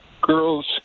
girls